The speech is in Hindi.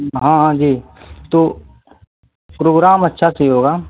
हाँ हाँ जी तो प्रोग्राम अच्छा से ही होगा